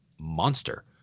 monster